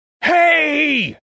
Hey